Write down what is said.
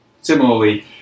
Similarly